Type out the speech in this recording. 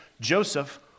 Joseph